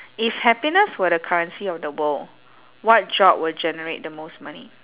if happiness were the currency of the world what job would generate the most money